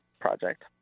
project